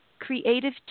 creative